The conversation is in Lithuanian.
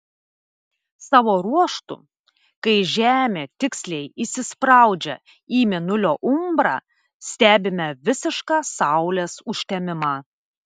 savo ruožtu kai žemė tiksliai įsispraudžia į mėnulio umbrą stebime visišką saulės užtemimą